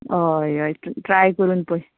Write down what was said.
हय हय ट ट्राय करून पय